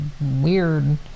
weird